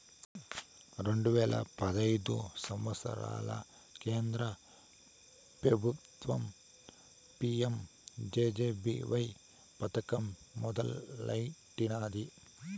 రెండు వేల పదహైదు సంవత్సరంల కేంద్ర పెబుత్వం పీ.యం జె.జె.బీ.వై పదకం మొదలెట్టినాది